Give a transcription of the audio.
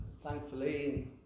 thankfully